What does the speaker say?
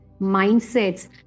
mindsets